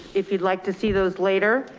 if you'd like to see those later,